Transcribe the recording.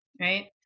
right